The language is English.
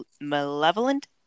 malevolent